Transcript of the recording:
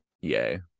Yay